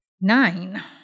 Nine